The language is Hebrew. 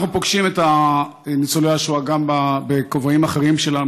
אנחנו פוגשים את ניצולי השואה גם בכובעים אחרים שלנו,